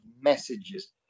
messages